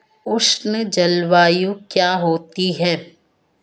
उष्ण जलवायु क्या होती है?